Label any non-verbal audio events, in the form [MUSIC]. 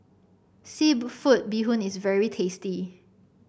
[UNINTELLIGIBLE] Bee Hoon is very tasty